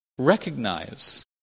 recognize